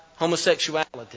homosexuality